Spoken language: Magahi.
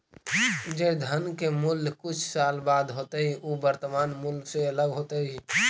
जे धन के मूल्य कुछ साल बाद होतइ उ वर्तमान मूल्य से अलग होतइ